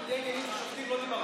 בוועדה למינוי שופטים לא דיברת ככה.